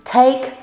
take